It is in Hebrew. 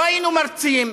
לא היינו מרצים,